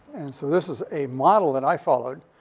and so this is a model that i followed.